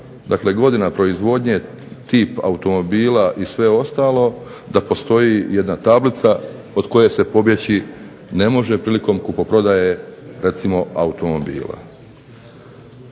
dakle godina proizvodnje, tip automobila i sve ostalo da postoji jedna tablica od koje se pobjeći ne može prilikom kupoprodaje recimo automobila.